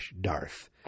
Darth